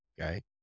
Okay